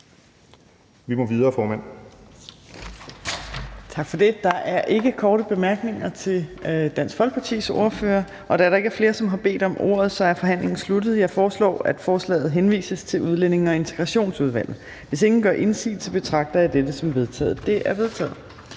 (Trine Torp): Tak for det. Der er ikke nogen korte bemærkninger til Dansk Folkepartis ordfører. Da der ikke er flere, som har bedt om ordet, er forhandlingen sluttet. Jeg foreslår, at forslaget til folketingsbeslutning henvises til Udlændinge- og Integrationsudvalget. Hvis ingen gør indsigelse, betragter jeg dette som vedtaget. Det er vedtaget.